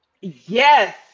yes